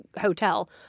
hotel